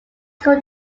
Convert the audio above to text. school